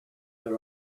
her